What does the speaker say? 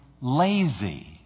lazy